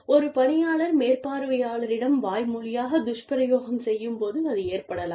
ஒரு பணியாளர் மேற்பார்வையாளரிடம் வாய்மொழியாகத் துஷ்பிரயோகம் செய்யும்போது அது ஏற்படலாம்